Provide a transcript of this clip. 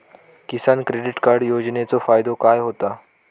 किसान credit card योजनेचो फायदो काय होता?